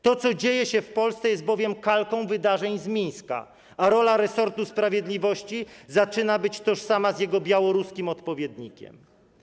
To, co dzieje się w Polsce, jest bowiem kalką wydarzeń z Mińska, a rola resortu sprawiedliwości zaczyna być tożsama z rolą jego białoruskiego odpowiednika.